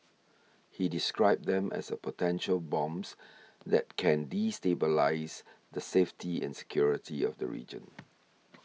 he described them as a potential bombs that can destabilise the safety and security of the region